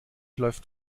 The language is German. läuft